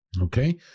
Okay